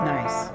Nice